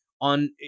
on